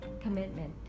commitment